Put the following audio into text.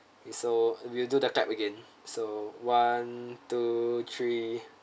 okay so we'll do the clap again so one two three